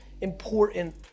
important